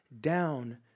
down